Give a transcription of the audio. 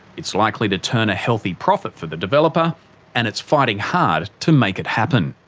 it's likely to turn a healthy profit for the developer and it's fighting hard to make it happen.